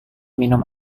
minum